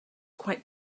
quite